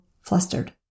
flustered